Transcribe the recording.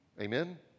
Amen